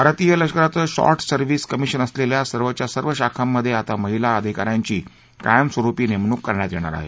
भारतीय लष्कराचं short service कमिशनं असलेल्या सर्वच्या सर्व शाखांमध्ये आता महिला अधिका यांची कायमस्वरुपी नेमणूक करण्यात येणार आहे